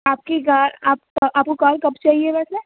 آپ کی گا آپ کو آپ کو کار کب چاہیے ویسے